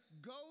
Go